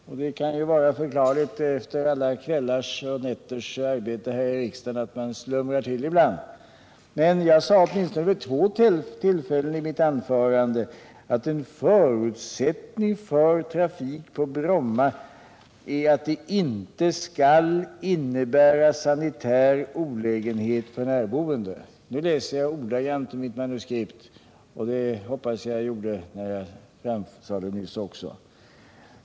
Men det kan ju vara förklarligt efter alla kvällars och nätters arbete här i riksdagen att man slumrar till ibland. Jag sade vid åtminstone två tillfällen i mitt anförande att ”en förutsättning för trafik på Bromma är att den inte skall innebära sanitär olägenhet för närboende” — nu läser jag ordagrant ur mitt manuskript, och det hoppas jag att jag gjorde också när jag framförde det nyss.